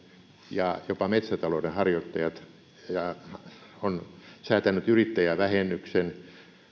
ja jopa metsätalouden harjoittajat ja on säätänyt yrittäjävähennyksen